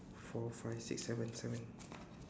four five six seven seven